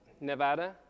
Nevada